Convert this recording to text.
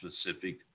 specific